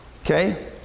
Okay